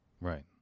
right